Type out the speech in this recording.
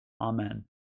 Amen